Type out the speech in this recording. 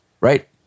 Right